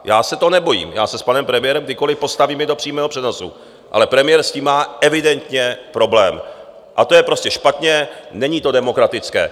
Já se toho nebojím, já se s panem premiérem kdykoliv postavím i do přímého přenosu, ale premiér s tím má evidentně problém, a to je prostě špatně, není to demokratické.